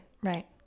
Right